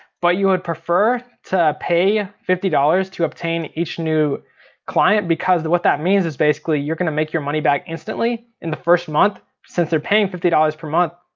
but you would prefer to pay fifty dollars to obtain each new client, because what that means is basically you're gonna make your money back instantly in the first month, since they're paying fifty dollars per month.